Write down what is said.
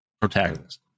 protagonist